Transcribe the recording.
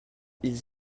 ils